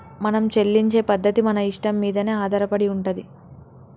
మనం చెల్లించే పద్ధతి మన ఇష్టం మీదనే ఆధారపడి ఉంటది